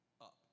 up